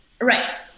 Right